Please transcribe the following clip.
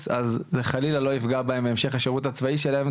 אז זה חלילה לא יפגע בהם בהמשך השירות הצבאי שלהם.